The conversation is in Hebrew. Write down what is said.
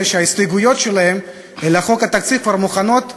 שההסתייגויות שלהם לחוק התקציב מוכנות להגשה.